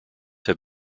have